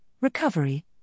recovery